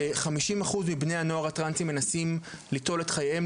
הנתונים הם שחמישים אחוז מבני הנוער הטרנסים מנסים ליטול את חייהם,